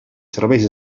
serveis